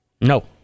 No